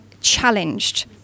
challenged